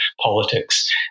politics